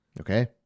Okay